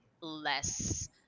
less